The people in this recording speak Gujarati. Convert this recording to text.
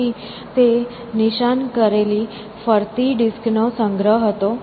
તેથી તે નિશાન કરેલી ફરતી ડિસ્કનો સંગ્રહ હતો